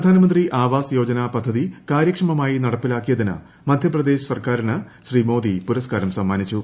പ്രധാനമന്ത്രി ആവാസ് യോജന പദ്ധതി കാര്യക്ഷമമായി നടപ്പിലാക്കിയതിന് മധ്യപ്രദേശ് സർക്കാരിന് ശ്രീ മോദി പുരസ്കാരം സമ്മാനിച്ചു